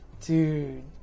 Dude